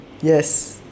Yes